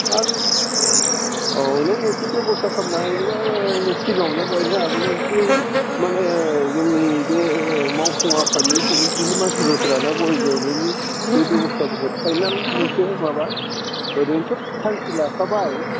औ नों मोनसे बेबस्था खालामनो हायोब्ला सिंगांआवनो गायनो हागौ लै एसे माने जोंनि बे मावफुं आफादनि कमिटिनि मानसिफोरखो लानानै गय गायनायनि बे बेबस्थाफोरखौ फाइनाल मोनसे माबा ओरैनो थ' थांखि लाखाबाय